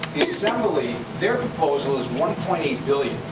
the assembly, their proposal is one point eight billion.